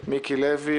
מיקי לוי,